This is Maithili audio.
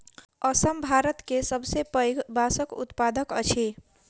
असम भारत के सबसे पैघ बांसक उत्पादक अछि